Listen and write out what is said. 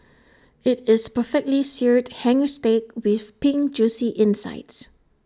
IT is perfectly Seared Hanger Steak with pink Juicy insides